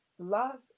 love